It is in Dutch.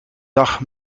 dag